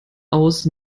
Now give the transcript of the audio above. aus